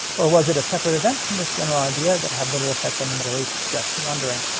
or was it a separate event from this general idea that had little effect on the middle east. just wondering